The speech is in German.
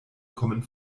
kommen